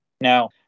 Now